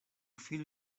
filho